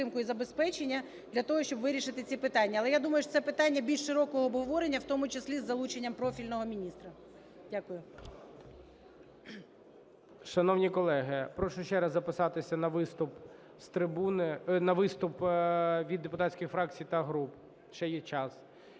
Шановні колеги, прошу ще раз записатися на виступ від депутатських фракцій та груп, ще є час.